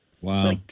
Wow